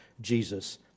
Jesus